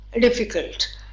difficult